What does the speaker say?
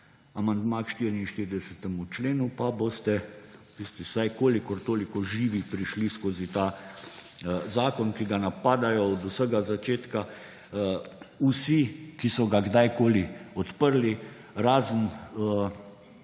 amandma k 44. členu pa boste vsaj kolikor toliko živi prišli skozi ta zakon, ki ga napadajo od vsega začetka vsi, ki so ga kdajkoli odprli, razen